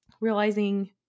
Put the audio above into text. realizing